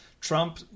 Trump